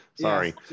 Sorry